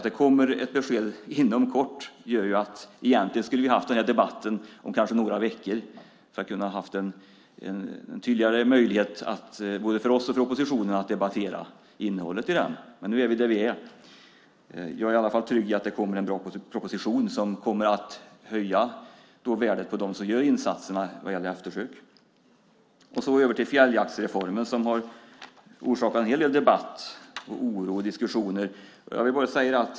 Det kommer en proposition inom kort, så egentligen skulle vi kanske ha haft den här debatten om ett par veckor för att ha en tydligare möjlighet både för oss och för oppositionen att debattera innehållet i den. Men nu är vi där vi är. Jag är i alla fall trygg i att det kommer en bra proposition som kommer att höja värdet på dem som gör insatser vad gäller eftersök. Jag går över till fjälljaktsreformen som har orsakat en hel del debatt, oro och diskussioner.